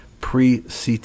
pre-CT